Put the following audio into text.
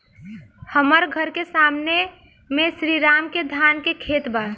हमर घर के सामने में श्री राम के धान के खेत बा